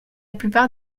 plupart